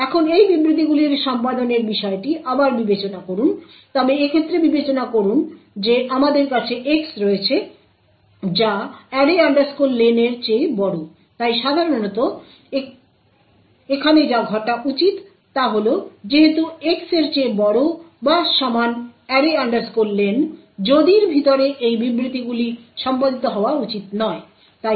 এখন এই বিবৃতিগুলির সম্পাদনের বিষয়টি আবার বিবেচনা করুন তবে এক্ষেত্রে বিবেচনা করুন যে আমাদের কাছে X রয়েছে যা array len এর চেয়ে বড় তাই সাধারণত এখানে যা ঘটা উচিত তা হল যেহেতু X এর চেয়ে বড় বা সমান array len যদির ভিতরে এই বিবৃতিগুলি সম্পাদিত হওয়া উচিত নয়